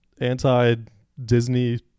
anti-Disney